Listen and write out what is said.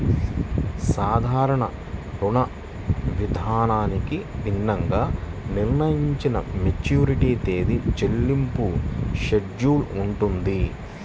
సాధారణ రుణవిధానానికి భిన్నంగా నిర్ణయించిన మెచ్యూరిటీ తేదీ, చెల్లింపుల షెడ్యూల్ ఉంటుంది